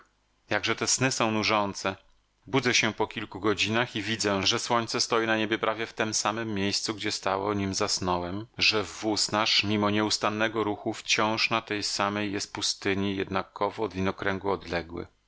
jakże te sny są nużące budzę się po kilku godzinach i widzę że słońce stoi na niebie prawie w tem samem miejscu gdzie stało nim zasnąłem że wóz nasz mimo nieustannego ruchu wciąż na tej samej jest pustyni jednakowo od widnokręgu odległy